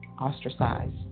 Ostracized